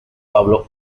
pablo